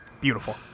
Beautiful